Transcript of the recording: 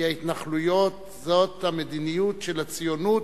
ההתנחלויות זאת המדיניות של הציונות